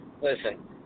Listen